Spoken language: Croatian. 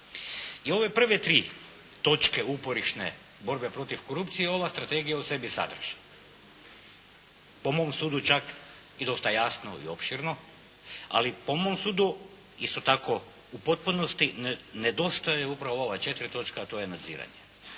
I ove prve tri točke uporišne borbe protiv korupcije ova strategija u sebi sadrži po mom sudu čak i dosta jasno i opširno, ali po mom sudu isto tako u potpunosti nedostaje upravo ova četvrta točka, a to je nadziranje.